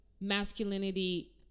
masculinity